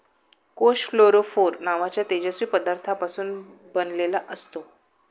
कोष फ्लोरोफोर नावाच्या तेजस्वी पदार्थापासून बनलेला असतो